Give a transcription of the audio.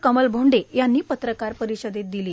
कमल भोंडे यांनी पत्रपरिषदेत दिली